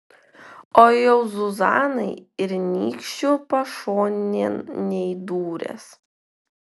o jau zuzanai ir nykščiu pašonėn neįdūręs